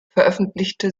veröffentlichte